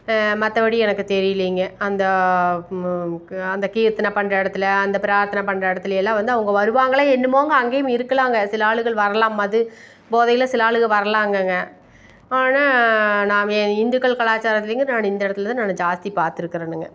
மற்றபடி எனக்கு தெரியலிங்க அந்த அந்த கீர்த்தனை பண்ணுற இடத்துல அந்த பிரார்த்தன பண்ணுற இடத்துலை எல்லாம் வந்து அவங்க வருவாங்களா என்னமோங்க அங்கேயும் இருக்கலாங்க ஒரு சில ஆளுகள் வரலாம் மது போதையில் சில ஆளுகள் வரலாங்கங்க ஆனால் நான் வே இந்துக்கள் கலாச்சாரத்திலேங்க நான் இந்த இடத்துல தான் நான் ஜாஸ்தி பார்த்துருக்கனுங்க